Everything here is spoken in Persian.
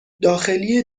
داخلی